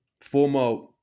former